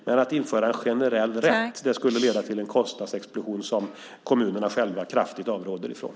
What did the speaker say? Men att införa en generell rätt skulle leda till en kostnadsexplosion som kommunerna själva kraftigt avråder från.